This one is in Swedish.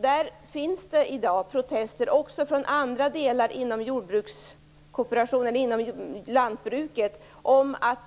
Det finns i dag protester också från andra delar inom lantbruket om att